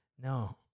no